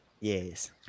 yes